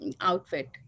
outfit